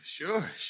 Sure